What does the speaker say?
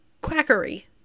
Quackery